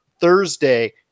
Thursday